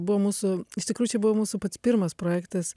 buvo mūsų iš tikrųjų čia buvo mūsų pats pirmas projektas